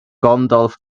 gandalf